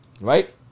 Right